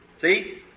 See